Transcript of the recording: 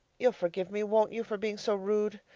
you'll forgive me, won't you, for being so rude?